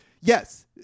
Yes